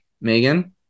Megan